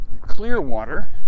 Clearwater